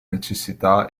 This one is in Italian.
necessità